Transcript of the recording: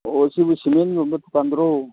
ꯑꯣ ꯁꯤꯕꯣ ꯁꯤꯃꯦꯟ ꯌꯣꯟꯕ ꯗꯨꯀꯥꯟꯗꯨꯔꯣ